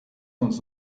uns